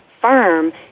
firm